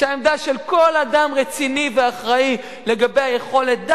שהעמדה של כל אדם רציני ואחראי לגבי היכולת,